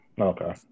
Okay